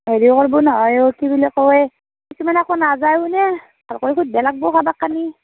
হেৰি কৰিব নহয় অ' কি বুলি ক'য়ে কিছুমান আকৌ নাযায় ও নে আকৌ সুধিব লাগিব কাৰোবাক কানি